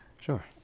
Sure